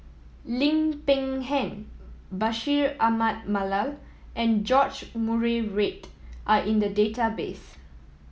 Lim Peng Han Bashir Ahmad Mallal and George Murray Reith are in the database